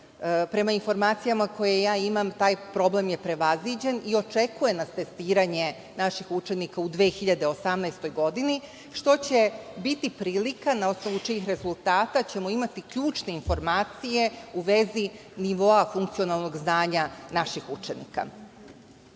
informacijama koje imam, taj problem je prevaziđen i očekuje nas testiranje naših učenika u 2018. godini, što će biti prilika na osnovu čijih rezultata ćemo imati ključne informacije u vezi nivoa funkcionalnog znanja naših učenika. Po